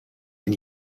den